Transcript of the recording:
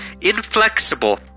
inflexible